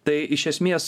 tai iš esmės